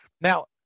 Now